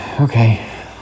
Okay